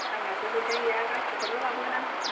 आंनासो फैसा गैया गांसेफोरल' लाबोगोन आं